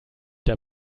der